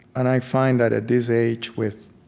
and i find that at this age, with